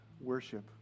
worship